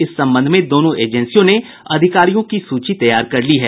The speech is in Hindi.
इस संबंध में दोनों एजेंसियों ने अधिकारियों की सूची तैयार कर ली है